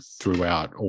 throughout